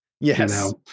yes